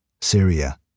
Syria